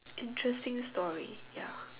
interesting story ya